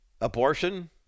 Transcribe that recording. abortion